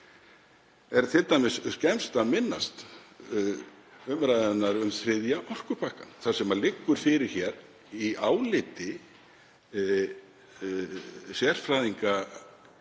Er skemmst að minnast umræðunnar um þriðja orkupakkann þar sem liggur fyrir í áliti sérfræðinga